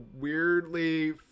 weirdly